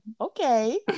okay